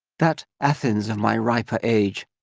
that athens of my riper age,